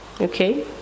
Okay